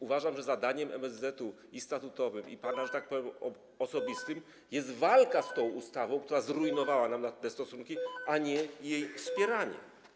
Uważam, że zadaniem i statutowym MSZ, i pana, że tak powiem, osobistym jest walka z tą ustawą, która zrujnowała nam te stosunki, a nie jej wspieranie.